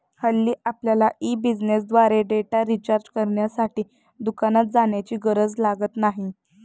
हल्ली आपल्यला ई बिझनेसद्वारे डेटा रिचार्ज करण्यासाठी दुकानात जाण्याची गरज लागत नाही